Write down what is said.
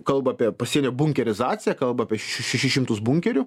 kalba apie pasienio bunkerizaciją kalba apie šešis šimtus bunkerių